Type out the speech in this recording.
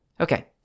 Okay